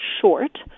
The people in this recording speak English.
short